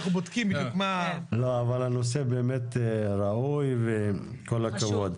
אבל הנושא באמת ראוי, וכל הכבוד.